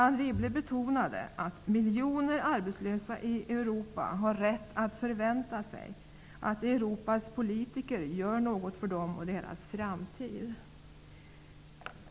Anne Wibble betonade att miljoner arbetslösa i Europa har rätt att förvänta sig att Europas politiker gör något för dem och deras framtid.